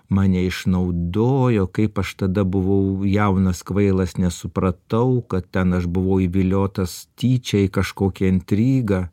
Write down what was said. mane išnaudojo kaip aš tada buvau jaunas kvailas nesupratau kad ten aš buvau įviliotas tyčia į kažkokią intrigą